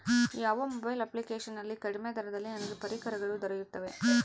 ಯಾವ mobile application ನಲ್ಲಿ ಕಡಿಮೆ ದರದಲ್ಲಿ ನನಗೆ ಪರಿಕರಗಳು ದೊರೆಯುತ್ತವೆ?